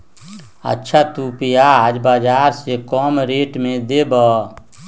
अच्छा तु प्याज बाजार से कम रेट में देबअ?